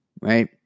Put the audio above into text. right